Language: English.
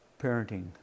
parenting